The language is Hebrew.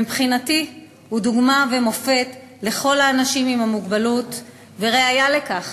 מבחינתי הוא דוגמה ומופת לכל האנשים עם מוגבלות וראיה לכך